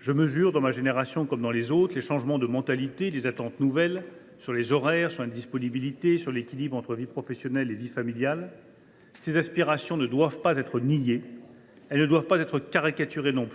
Je mesure, dans ma génération comme dans les autres, un changement de mentalité, des attentes nouvelles concernant les horaires, la disponibilité et l’équilibre entre vie professionnelle et vie familiale. « Ces aspirations ne doivent pas être niées ni caricaturées. Au